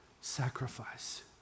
sacrifice